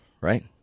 right